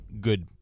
good